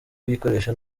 kuyikoresha